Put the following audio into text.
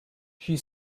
she